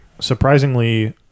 surprisingly